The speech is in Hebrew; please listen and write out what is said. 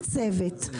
צוות.